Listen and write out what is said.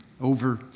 over